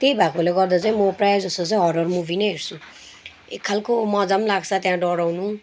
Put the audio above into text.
त्यही भएकोले गर्दा चाहिँ म प्रायःजस्तो चाहिँ हरर मुभी नै हेर्छु एक खालको मजा पनि लाग्छ त्यहाँ डराउनु